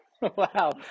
Wow